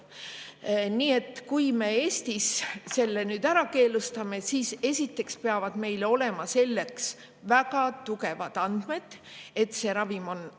Nii et kui me Eestis selle nüüd ära keelustame, siis peavad meil olema selleks väga tugevad andmed, et see ravim on